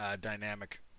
dynamic